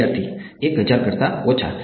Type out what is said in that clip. વિદ્યાર્થી 1000 કરતાં ઓછા